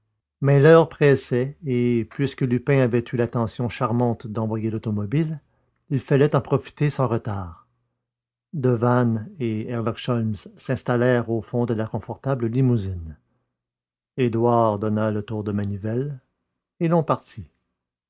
mais l'heure pressait et puisque lupin avait eu l'attention charmante d'envoyer l'automobile il fallait en profiter sans retard devanne et herlock sholmès s'installèrent au fond de la confortable limousine édouard donna le tour de manivelle et l'on partit